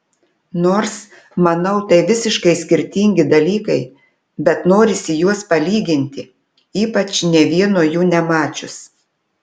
nors manau tai visiškai skirtingi dalykai bet norisi juos palyginti ypač nė vieno jų nemačius